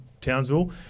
Townsville